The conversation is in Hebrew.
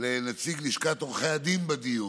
לנציג לשכת עורכי הדין בדיון,